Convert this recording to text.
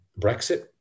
brexit